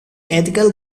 ethical